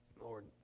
Lord